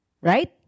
right